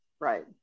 right